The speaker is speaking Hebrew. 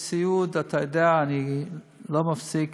בסיעוד, אתה יודע, אני לא מפסיק.